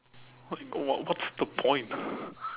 what what's the point